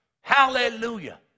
Hallelujah